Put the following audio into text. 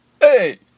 Hey